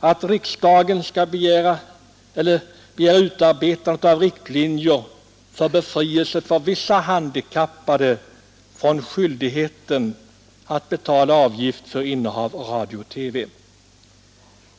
att riksdagen skall begära utarbetande av riktlinjer för befrielse för vissa handikappade från skyldigheten att betala avgift för innehav av radiooch TV.